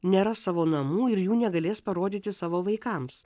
neras savo namų ir jų negalės parodyti savo vaikams